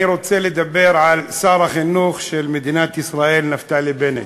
אני רוצה לדבר על שר החינוך של מדינת ישראל נפתלי בנט,